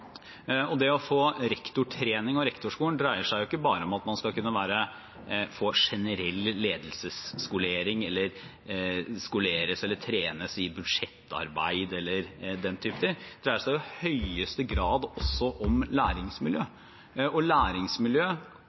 Rektorskolen. Det å få rektortrening og å gå på Rektorskolen dreier seg ikke bare om at man skal få generell ledelsesskolering eller skal skoleres eller trenes i budsjettarbeid eller den typen ting. Det dreier seg i høyeste grad også om læringsmiljø, og læringsmiljø